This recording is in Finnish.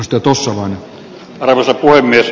jutussa on arvoisa puhemies